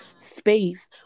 space